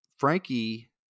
Frankie